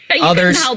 others